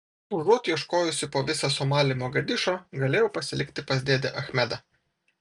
užuot ieškojusi po visą somalį mogadišo galėjau pasilikti pas dėdę achmedą